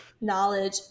knowledge